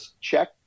check